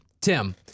Tim